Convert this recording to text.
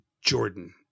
Jordan